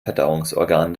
verdauungsorgan